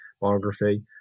biography